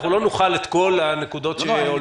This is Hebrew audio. אנחנו לא נוכל את כל הנקודות שעולות --- לא,